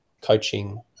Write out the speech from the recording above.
coaching